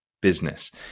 business